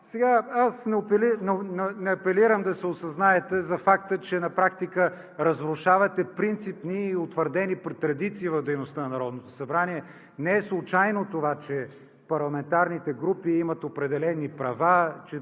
неща! Аз не апелирам да се осъзнаете за факта, че на практика разрушавате принципни и утвърдени традиции в дейността на Народното събрание. Не е случайно това, че парламентарните групи имат определени права,